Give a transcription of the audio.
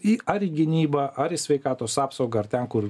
į ar gynybą ar į sveikatos apsaugą ar ten kur